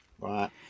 Right